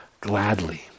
gladly